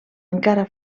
encara